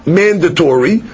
mandatory